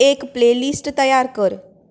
एक प्लेलिस्ट तयार कर